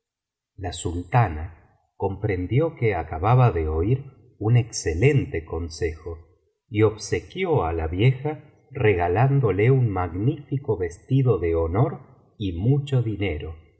la sultana comprendió que acababa de oir un excelente consejo y obsequió á la vieja regalándole un magnífico vestido de honor y mucho dinero